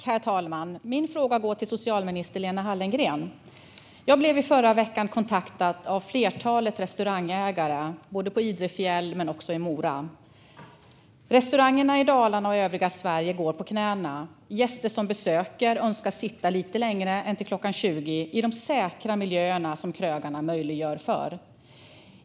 Herr talman! Min fråga går till socialminister Lena Hallengren. Jag blev i förra veckan kontaktad av ett flertal restaurangägare på Idre fjäll och i Mora. Restaurangerna i Dalarna och i övriga Sverige går på knäna. Gäster som besöker dem önskar sitta lite längre än till klockan 20 i de säkra miljöer som krögarna möjliggör.